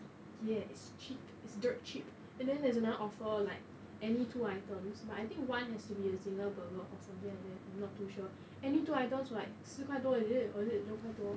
ya it's cheap it's dirt cheap and then there's another offer like any two items but I think one has to be a zinger burger or something like that I'm not too sure any two items like 四块多 or is it or is it 六块多